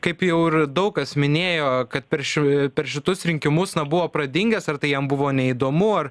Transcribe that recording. kaip jau ir daug kas minėjo kad per ši per šitus rinkimus buvo pradingęs ar tai jam buvo neįdomu ar